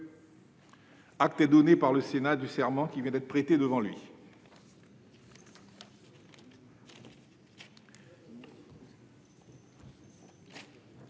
Acte est donné par le Sénat du serment qui vient d'être prêté devant lui.